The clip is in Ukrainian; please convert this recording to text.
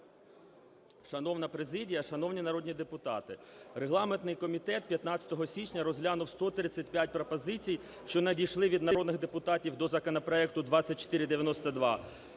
Шановна президія, шановні народні депутати, регламентний комітет 15 січня розглянув 135 пропозицій, що надійшли від народних депутатів до законопроекту 2492,